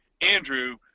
Andrew